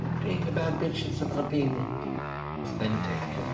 being a bad bitch is about being authentic.